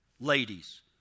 Ladies